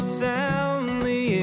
soundly